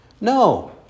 No